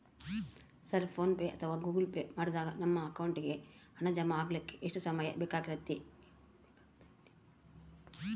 Sir PhonePe ಅಥವಾ Google Pay ಮಾಡಿದಾಗ ನಮ್ಮ ಅಕೌಂಟಿಗೆ ಹಣ ಜಮಾ ಆಗಲಿಕ್ಕೆ ಎಷ್ಟು ಸಮಯ ಬೇಕಾಗತೈತಿ?